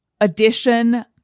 addition